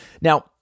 Now